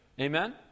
Amen